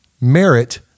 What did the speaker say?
Merit